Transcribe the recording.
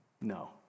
No